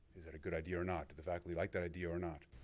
is that a good idea or not? the faculty like that idea or not?